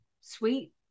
sweet